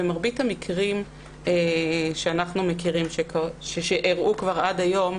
במרבית המקרים שאנחנו מכירים שאירעו כבר עד היום,